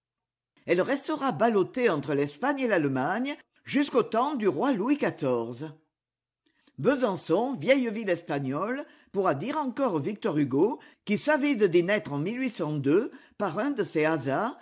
elle restera ballottée entre l'espagne et l'allemagne jusqu'au temps du roi louis xiv besançon vieille ville espagnole pourra dire encore victor hugo qui s'avise d'y naître en i par un de ces hasards